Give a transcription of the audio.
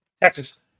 Texas